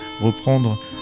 reprendre